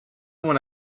when